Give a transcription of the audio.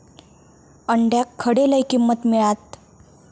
अंड्याक खडे लय किंमत मिळात?